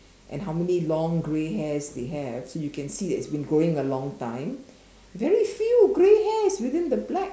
and how many long grey hairs they have you can see that it has been growing a long time very few grey hairs within the black